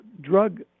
drug